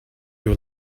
your